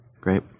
Great